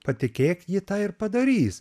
patikėk ji tą ir padarys